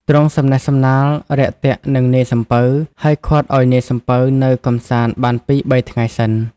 ទ្រង់ សំណេះសំណាលរាក់ទាក់នឹងនាយសំពៅ ហើយឃាត់ឲ្យនាយសំពៅនៅកម្សាន្តបានពីរ បីថ្ងៃសិន ។